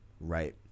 right